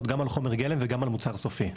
גם על חומר הגלם וגם על המוצר הסופי.